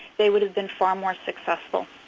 they would have been far more successful.